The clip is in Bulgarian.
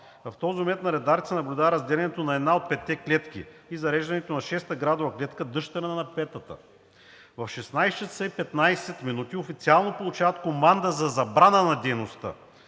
В този момент на радарите се наблюдава разделянето на една от петте клетки и зараждането на шеста градова клетка, дъщерна на петата. В 16,15 ч. официално получават команда за забрана на дейността.